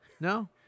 no